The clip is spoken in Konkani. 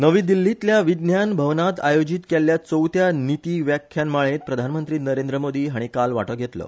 नवी दिल्लींतल्या विज्ञान भवनांत आयोजीत केल्ल्या चवथ्या निती व्याख्यान माळेंत प्रधानमंत्री नरेंद्र मोदी हाणी काल वांटो घेतलो